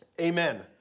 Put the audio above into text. Amen